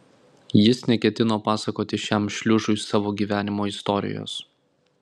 jis neketino pasakoti šiam šliužui savo gyvenimo istorijos